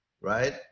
right